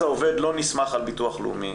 ואז העובד לא נסמך על ביטוח לאומי,